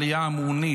על העלייה ההמונית,